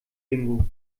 bingo